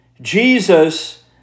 Jesus